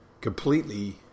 Completely